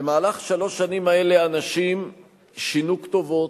ובמהלך שלוש השנים האלה אנשים שינו כתובות,